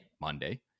Monday